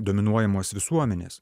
dominuojamos visuomenės